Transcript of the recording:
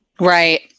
Right